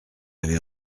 avez